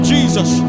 Jesus